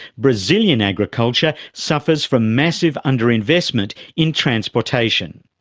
brazilian agriculture suffers from massive under-investment in transport. ah and